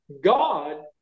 God